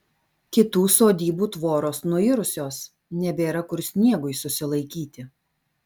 kitų sodybų tvoros nuirusios nebėra kur sniegui susilaikyti